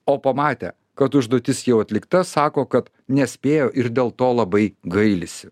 o pamatę kad užduotis jau atlikta sako kad nespėjo ir dėl to labai gailisi